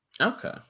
okay